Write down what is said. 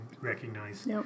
recognize